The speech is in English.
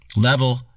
level